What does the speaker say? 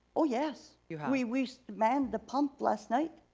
oh yes. you have. we we manned the pump last night.